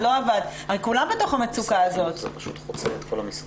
זה פשוט חוצה את כל המשרד,